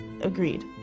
agreed